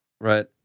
right